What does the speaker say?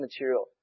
material